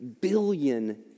billion